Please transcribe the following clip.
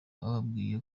bababwira